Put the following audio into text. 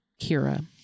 Kira